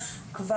נכון.